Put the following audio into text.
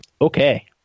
okay